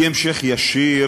היא המשך ישיר